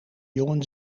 jongen